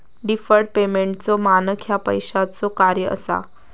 deferred पेमेंटचो मानक ह्या पैशाचो कार्य असा